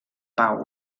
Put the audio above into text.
pau